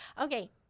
Okay